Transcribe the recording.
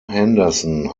henderson